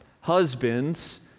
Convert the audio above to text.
husbands